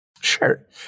Sure